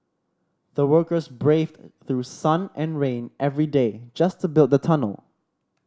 the workers braved through sun and rain every day just to build the tunnel